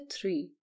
THREE